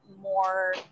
more